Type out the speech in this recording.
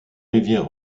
rivière